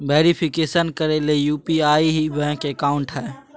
verification करे ले UPI ही बैंक अकाउंट हइ